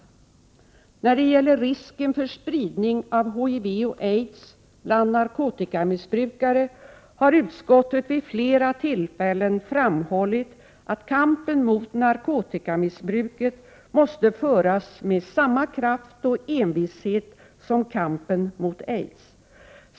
1988/89:105 gäller risken för spridning av HIV och aids bland narkotikamissbrukare har — 27 april 1989 utskottet vid flera tillfällen framhållit att kampen mot narkotikamissbruket måste föras med samma kraft och envishet som kampen mot aids.